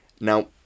Now